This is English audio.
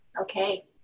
Okay